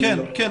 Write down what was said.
כן,